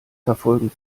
verfolgen